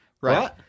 right